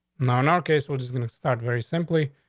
no, no. okay, so we're just gonna start very simply,